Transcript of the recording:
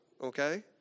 okay